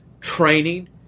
training